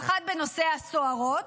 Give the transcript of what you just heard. האחת בנושא הסוהרות,